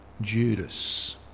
Judas